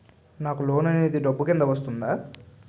నాకు లోన్ అనేది డబ్బు కిందా వస్తుందా?